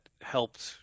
helped